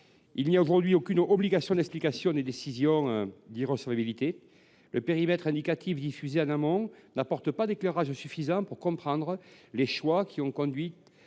il n’y a aucune obligation d’explication des décisions d’irrecevabilité. Le périmètre indicatif, diffusé en amont d’un examen, n’apporte pas l’éclairage suffisant pour comprendre les choix qui ont conduit